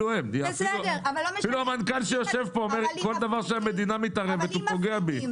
אפילו המנכ"ל שיושב פה אומר: כל דבר שהמדינה מתערבת היא פוגעת בי.